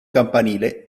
campanile